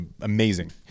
amazing